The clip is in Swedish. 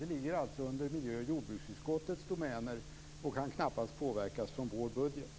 Det ligger alltså under miljö och jordbruksutskottets domäner och kan knappast påverkas i vår budget.